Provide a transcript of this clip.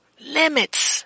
limits